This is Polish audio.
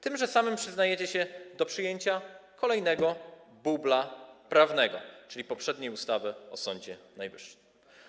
Tymże samym przyznajecie się do przyjęcia kolejnego bubla prawnego, czyli poprzedniej ustawy o Sądzie Najwyższym.